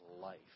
life